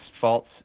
false